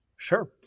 Sure